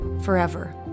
forever